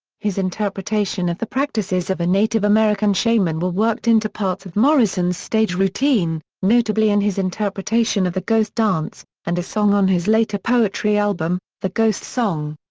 his interpretation of the practices of a native american shaman were worked into parts of morrison's stage routine, notably in his interpretation of the ghost dance, and a song on his later poetry album, the ghost song.